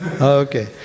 Okay